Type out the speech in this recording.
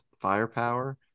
firepower